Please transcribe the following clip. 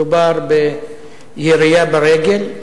מדובר בירייה ברגל,